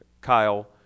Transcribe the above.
Kyle